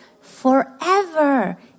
forever